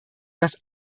das